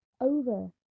over